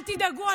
אל תדאגו,